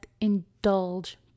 indulge